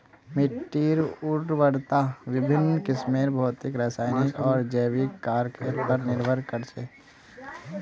मिट्टीर उर्वरता विभिन्न किस्मेर भौतिक रासायनिक आर जैविक कारकेर पर निर्भर कर छे